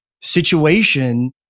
situation